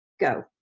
go